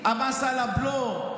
המס על הבלו,